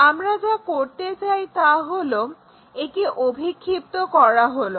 আমরা যা করতে চাই তা হলো একে অভিক্ষিপ্ত করা হলো